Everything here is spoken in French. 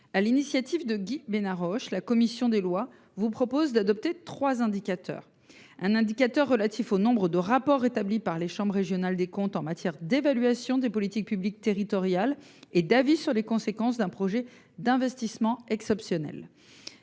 l’initiative de Guy Benarroche, la commission des lois vous propose donc d’adopter trois indicateurs. Le premier serait relatif au nombre de rapports établis par les chambres régionales des comptes en matière d’évaluation des politiques publiques territoriales ou d’avis sur les conséquences d’un projet d’investissement exceptionnel.